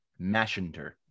Mashinter